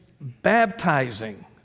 baptizing